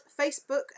facebook